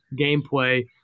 gameplay